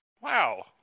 Wow